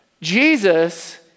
Jesus